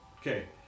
Okay